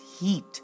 heat